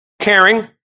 caring